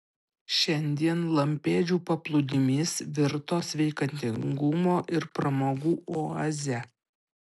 šiandien lampėdžių paplūdimys virto sveikatingumo ir pramogų oaze